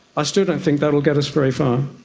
i still don't think that will get us very far.